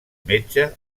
metge